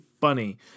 funny